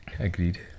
agreed